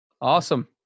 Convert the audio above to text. Awesome